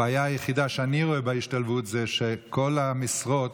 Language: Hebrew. הבעיה היחידה שאני רואה בהשתלבות זה שכל המשרות